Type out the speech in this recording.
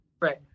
Right